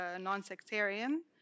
non-sectarian